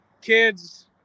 kids